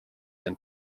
and